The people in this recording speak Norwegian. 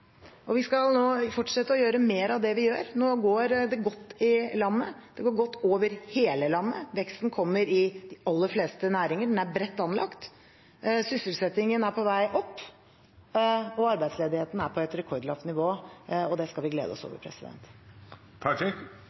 Vi skal fortsette å gjøre mer av det vi gjør. Nå går det godt i landet. Det går godt over hele landet. Veksten kommer i de aller fleste næringer. Den er bredt anlagt. Sysselsettingen er på vei opp, og arbeidsledigheten er på et rekordlavt nivå. Det skal vi glede oss over.